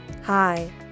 Hi